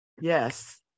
Yes